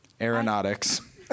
Aeronautics